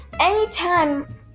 anytime